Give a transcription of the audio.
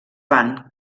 van